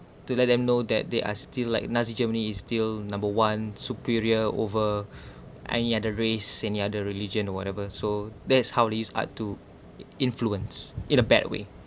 to let them know that they are still like nazi germany is still number one superior over and yet the race any other religion or whatever so that is how they used art to influence in a bad way